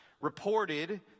reported